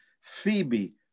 Phoebe